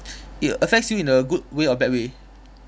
it affects you in a good way or bad way